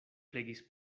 flegis